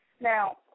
Now